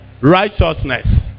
righteousness